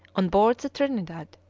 on board the trinidad,